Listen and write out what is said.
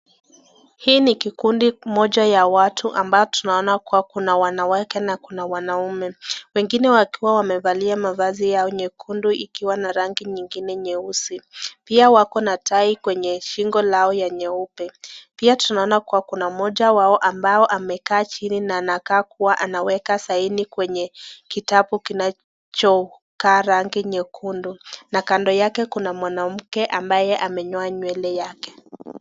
Hii ni kikundi la watu ambao tunaona kuna wanaume na wanawake, wengine wakiwa wamevalia shati nyekundu na rangi nyingine nyeusi, Pia wakona tai kwenye shingo lao nyeupe pia tunaona mmoja wao ameketi chini na anakaa kuwa anaweka saini kwenye kitabu kinacho kaa rangi nyekundu, na kando yake kuna mwanamke ambaye amenyoa nywele yake.